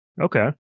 Okay